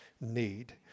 need